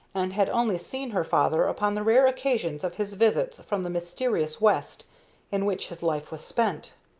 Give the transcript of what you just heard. and had only seen her father upon the rare occasions of his visits from the mysterious west in which his life was spent.